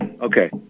Okay